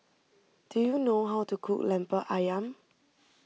do you know how to cook Lemper Ayam